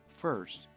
first